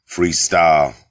Freestyle